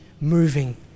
moving